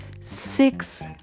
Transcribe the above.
Six